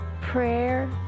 prayer